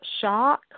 shock